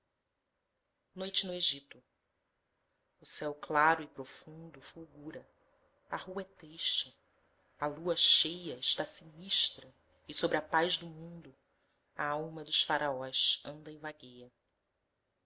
noite no egito o céu claro e produndo fulgura a rua é triste a lua cheia está sinistra e sobre a paz do mundo a alma dos faraós anda e vagueia